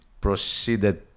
proceeded